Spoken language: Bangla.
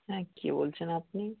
হ্যাঁ কে বলছেন আপনি